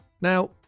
Now